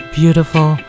beautiful